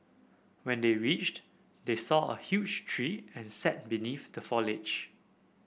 when they reached they saw a huge tree and sat beneath the foliage